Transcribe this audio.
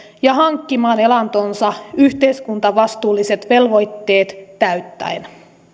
ja hankkimaan elantonsa yhteiskuntavastuulliset velvoitteet täyttäen